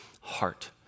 heart